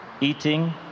eating